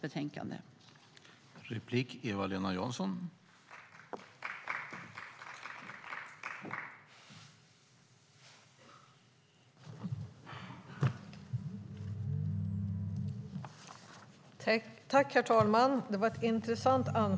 I detta anförande instämde Gunilla Nordgren .